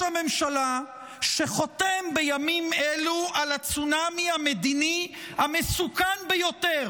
הממשלה שחותם בימים אלו על הצונמי המדיני המסוכן ביותר